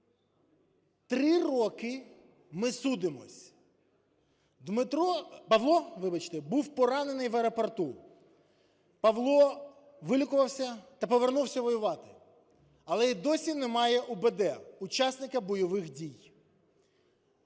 Три роки ми судимося, Павло був поранений в аеропорту, Павло вилікувався та повернувся воювати, але і досі немає УБД - учасника бойових дій.